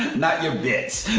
not your bits!